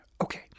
Okay